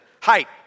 Height